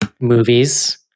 movies